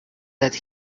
that